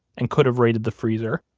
and could have raided the freezer,